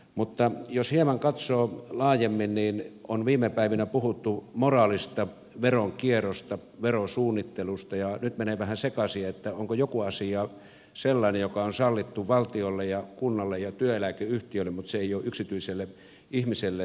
mutta jos hieman katsoo laajemmin niin viime päivinä on puhuttu moraalista veronkierrosta ja verosuunnittelusta ja nyt menee vähän sekaisin onko joku asia sellainen joka on sallittu valtiolle ja kunnalle ja työeläkeyhtiöille mutta ei ole yksityiselle ihmiselle sallittua